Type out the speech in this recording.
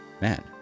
Man